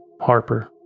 Harper